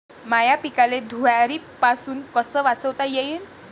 माह्या पिकाले धुयारीपासुन कस वाचवता येईन?